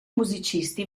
musicisti